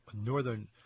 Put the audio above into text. northern